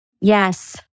Yes